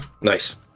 nice